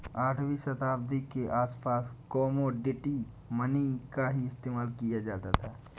आठवीं शताब्दी के आसपास कोमोडिटी मनी का ही इस्तेमाल किया जाता था